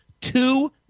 two